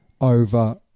over